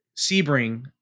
Sebring